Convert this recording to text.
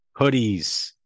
hoodies